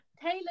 Taylor